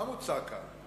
מה מוצע כאן?